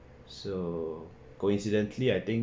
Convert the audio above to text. so coincidentally I think